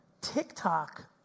TikTok